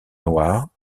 noirs